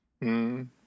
-hmm